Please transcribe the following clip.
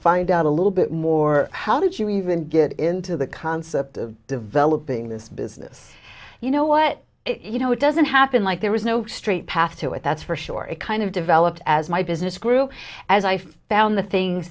find out a little bit more how did you even get into the concept of developing this business you know what you know it doesn't happen like there was no straight path to it that's for sure it kind of developed as my business grew as i found the things